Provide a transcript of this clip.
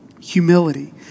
humility